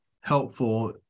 helpful